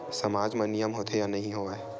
सामाज मा नियम होथे या नहीं हो वाए?